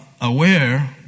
aware